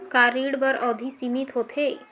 का ऋण बर अवधि सीमित होथे?